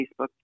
Facebook